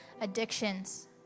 addictions